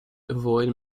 avoid